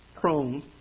prone